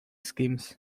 schemes